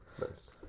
Nice